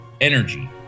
energy